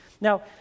Now